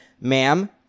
ma'am